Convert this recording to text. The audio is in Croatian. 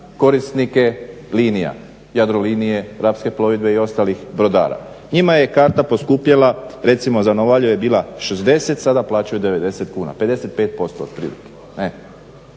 korisnike linija, Jadrolinije, Rapske plovidbe i ostalih brodara. Njima je karta poskupjela recimo za Novalju je bila 60 sada plaćaju 90 kuna, 55% otprilike.